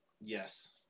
Yes